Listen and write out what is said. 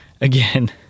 Again